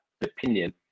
opinion